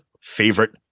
favorite